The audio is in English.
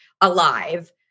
alive